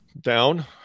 down